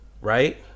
right